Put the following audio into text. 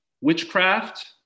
witchcraft